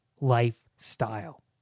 lifestyle